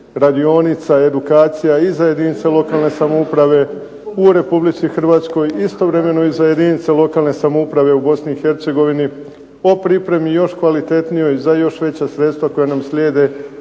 radionica, edukacija i za jedinice lokalne samouprave u Republici Hrvatskoj, istovremeno i za jedinice lokalne samouprave u Bosni i Hercegovini o pripremi još kvalitetnijoj za još veća sredstva koja nam slijede